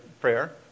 prayer